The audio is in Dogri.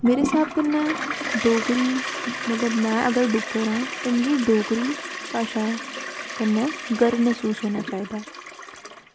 मेरे स्हाब कन्नै डोगरी मतलब में अगर डुग्गर आं ते मिगी डोगरी भाशा कन्नै गर्व महसूस होना चाहिदा